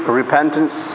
repentance